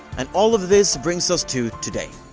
and all of this brings us to today.